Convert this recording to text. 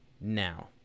now